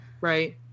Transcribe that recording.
Right